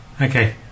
Okay